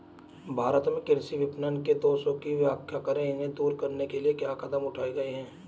भारत में कृषि विपणन के दोषों की व्याख्या करें इन्हें दूर करने के लिए क्या कदम उठाए गए हैं?